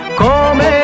come